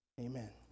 Amen